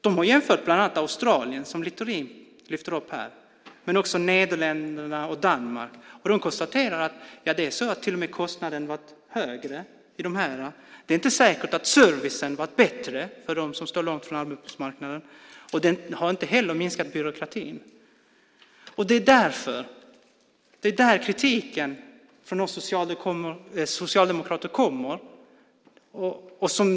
De har jämfört med bland annat Australien, som Littorin lyfter fram här, men också med Nederländerna och Danmark. De konstaterar att kostnaden till och med var högre. Det är inte säkert att servicen var bättre för dem som står långt från arbetsmarknaden, och byråkratin har inte heller minskat. Det är där kritiken från oss socialdemokrater kommer.